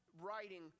writing